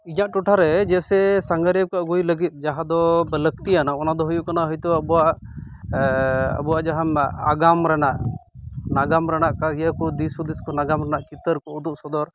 ᱤᱧᱟᱹᱜ ᱴᱚᱴᱷᱟᱨᱮ ᱡᱮᱥᱮ ᱥᱟᱸᱜᱷᱟᱨᱤᱭᱟᱹ ᱠᱚ ᱟ ᱜᱩᱭ ᱞᱟᱹᱜᱤᱫ ᱡᱟᱦᱟᱸ ᱫᱚ ᱞᱟᱹᱠᱛᱤᱭᱟᱱᱟ ᱚᱱᱟᱫᱚ ᱦᱩᱭᱩᱜ ᱠᱟᱱᱟ ᱦᱚᱭᱛᱳ ᱟᱵᱚᱣᱟᱜ ᱟᱵᱩᱣᱟᱜ ᱡᱟᱦᱟᱸ ᱱᱟᱜᱟᱢ ᱨᱮᱱᱟ ᱱᱟᱜᱟᱢ ᱨᱮᱱᱟ ᱤᱭᱟᱹ ᱠᱚ ᱫᱤᱥ ᱦᱩᱫᱤᱥ ᱠᱚ ᱱᱟᱜᱟᱢ ᱨᱮᱱᱟ ᱪᱤᱛᱟᱹᱨ ᱠᱚ ᱩᱫᱩᱜ ᱥᱚᱫᱚᱨ